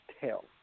tell